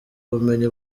ubumenyi